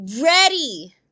Ready